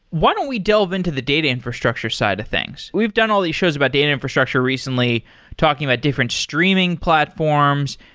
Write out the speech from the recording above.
why don't we delve into the data infrastructure side of things? we've done all these shows about data infrastructure recently talking about different streaming platforms,